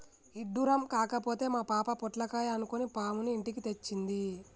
ఇడ్డురం కాకపోతే మా పాప పొట్లకాయ అనుకొని పాముని ఇంటికి తెచ్చింది